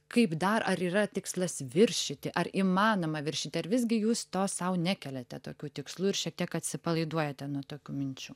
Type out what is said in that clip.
kaip dar ar yra tikslas viršyti ar įmanoma viršyti ar visgi jūs to sau nekeliate tokių tikslų ir šiek tiek atsipalaiduojate nuo tokių minčių